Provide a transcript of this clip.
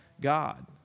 God